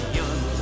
young